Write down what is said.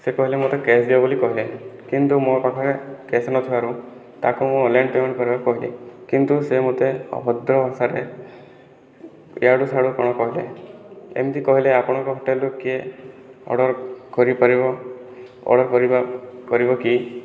ସେ କହିଲେ ମୋତେ କ୍ୟାସ୍ ଦିଅ ବୋଲି କହିଲେ କିନ୍ତୁ ମୋ ପାଖରେ କ୍ୟାସ୍ ନଥିବାରୁ ତାକୁ ମୁଁ ଅନଲାଇନ ପେମେଣ୍ଟ୍ କରିବାକୁ କହିଲି କିନ୍ତୁ ସେ ମୋତେ ଅଭଦ୍ର ଭାଷାରେ ଇଆଡ଼ୁ ସିଆଡ଼ୁ କ'ଣ କହିଲେ ଏମିତି କହିଲେ ଆପଣଙ୍କ ହୋଟେଲରୁ କିଏ ଅର୍ଡ଼ର କରିପାରିବ ଅର୍ଡ଼ର କରିବ କରିବ କି